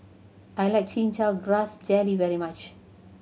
I like Chin Chow Grass Jelly very much